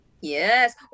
Yes